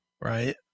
Right